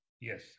Yes